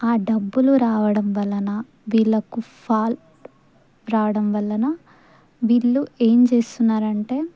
ఆ డబ్బులు రావడం వలన వీళ్లకు ఫాల్ట్ రావడం వలన వీళ్ళు ఏం చేేస్తున్నారంటే